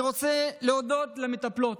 אני רוצה להודות למטפלות,